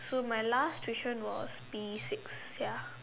so my last tuition was P six ya